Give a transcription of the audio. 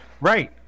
Right